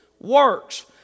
works